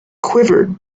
quivered